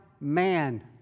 man